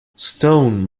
stone